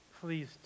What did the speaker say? please